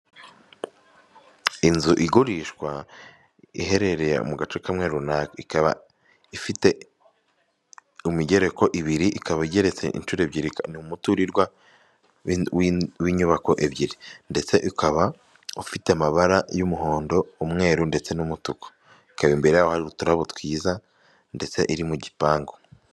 Inzu igurishwa iherereye mu gace kamwe runaka, ikaba ifite imigereko ibiri, ikaba igereretse inshuro ebyiri, ni umuturirwa w'inyubako ebyiri ndetse ukaba ufite amabara y'umuhondo, umweru ndetse n'umutuku, ukaba imbere yawo hari uturabo twiza ndetse iri mu gipangu.